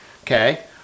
Okay